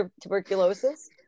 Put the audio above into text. tuberculosis